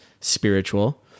spiritual